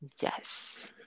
Yes